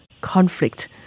conflict